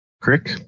Crick